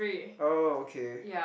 oh okay